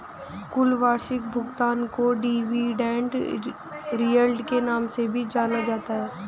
कुल वार्षिक भुगतान को डिविडेन्ड यील्ड के नाम से भी जाना जाता है